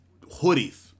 hoodies